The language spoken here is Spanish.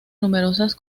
numerosas